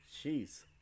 Jeez